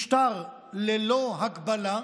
משטר ללא הגבלה,